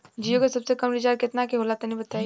जीओ के सबसे कम रिचार्ज केतना के होला तनि बताई?